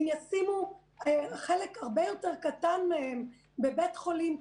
אם ישימו חלק הרבה יותר קטן מהם בבית חולים קיים,